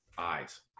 eyes